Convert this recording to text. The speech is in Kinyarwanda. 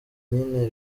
nyine